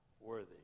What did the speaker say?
worthy